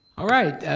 all right,